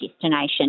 destination